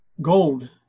gold